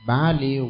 Bali